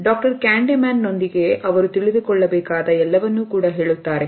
doctor Candyman ನೊಂದಿಗೆ ಅವರು ತಿಳಿದುಕೊಳ್ಳಬೇಕಾದ ಎಲ್ಲವನ್ನೂ ಕೂಡ ಹೇಳುತ್ತಾರೆ